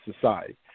society